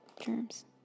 germs